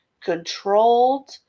controlled